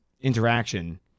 interaction